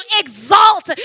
exalt